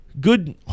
Good